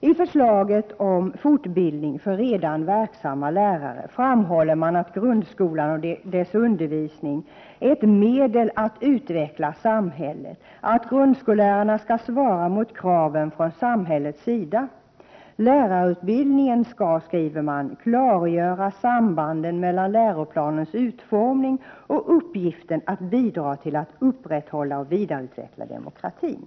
I förslaget om fortbildning för redan verksamma lärare framhåller man att grundskolan och dess undervisning är ett medel att utveckla samhället, att grundskollärarna skall svara mot kraven från samhällets sida. Lärarutbildningen skall, skriver man, klargöra sambandet mellan läroplanens utformning och uppgiften att bidra till att upprätthålla och vidareutveckla demokratin.